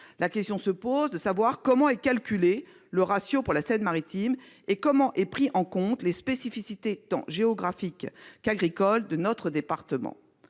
questions se posent : comment est calculé le ratio pour la Seine-Maritime ? comment sont prises en compte les spécificités géographiques et agricoles de notre département